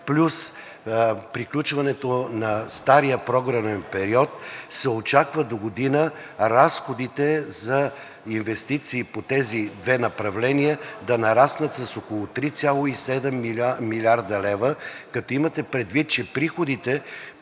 плюс приключването на стария програмен период се очаква догодина разходите за инвестиции по тези две направления да нараснат с около 3,7 млрд. лв., като имате предвид, че по-голямата